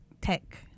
tech